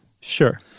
Sure